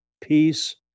peace